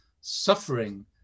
suffering